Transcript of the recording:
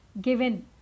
given